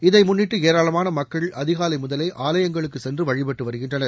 இதை முன்னிட்டு ஏராளமான மக்கள் அதிகாலை முதலே ஆலயங்களுக்குச் சென்று வழிபட்டு வருகின்றனர்